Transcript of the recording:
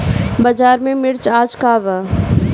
बाजार में मिर्च आज का बा?